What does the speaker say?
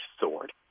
sword